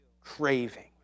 craving